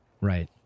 Right